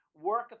Work